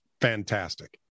fantastic